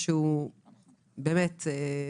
יש לי לקוח שהוא מצוללי הקישון,